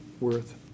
worth